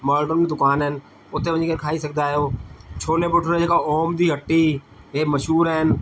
modern दुकान आहिनि उते वञी करे खाई सघंदा आहियो छोले भटूरे जेका ओम दी हटी हे मशहूरु आहिनि